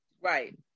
Right